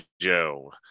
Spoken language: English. Joe